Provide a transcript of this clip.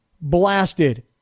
blasted